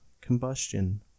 combustion